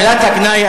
מילת הגנאי,